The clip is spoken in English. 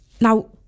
Now